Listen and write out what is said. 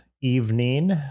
evening